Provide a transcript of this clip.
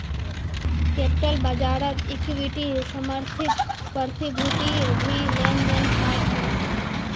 capital बाज़ारत equity समर्थित प्रतिभूतिर भी लेन देन ह छे